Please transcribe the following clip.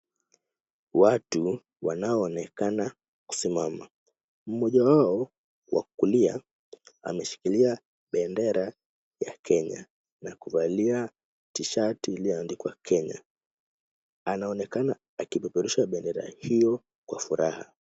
Watu wanaoonekana kusimama, mmoja wao wa kulia ameshikilia bendera ya Kenya na kuvalia tishati iliyoandikwa Kenya, anaonekana akipeperusha bendera hiyo kwa furaha.